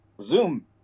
zoom